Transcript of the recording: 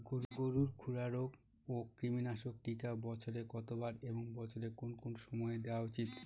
গরুর খুরা রোগ ও কৃমিনাশক টিকা বছরে কতবার এবং বছরের কোন কোন সময় দেওয়া উচিৎ?